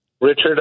Richard